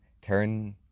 turn